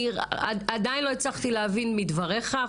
עדיין לא הצלחתי להבין מדבריך,